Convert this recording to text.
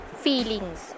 feelings